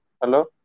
Hello